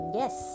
yes